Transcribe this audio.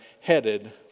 headed